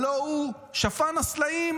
הלוא הוא שפן הסלעים,